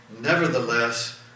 Nevertheless